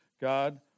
God